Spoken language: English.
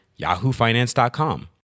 yahoofinance.com